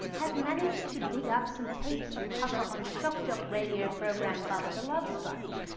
has managed to dig up some tapes of tucker on shock-jock radio program bubba the love sponge.